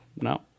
No